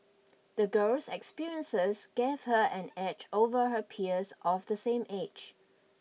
the girl's experiences gave her an edge over her peers of the same age